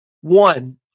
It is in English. One